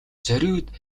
зориуд